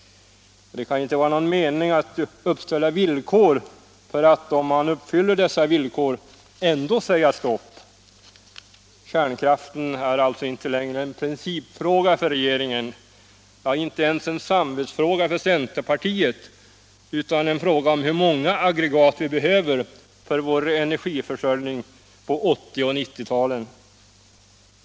Det kan inte vara någon mening att uppställa villkor och sedan, om kraftbolagen uppfyller dessa villkor, ändå säga stopp. Frågan om kärnkraften är alltså inte längre en principfråga för regeringen, inte ens en samvetsfråga för centerpartiet, utan det är en fråga om hur många aggregat vi behöver för vår energiförsörjning på 1980 och 1990-talen.